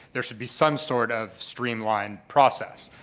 there should be some sort of streamlined process.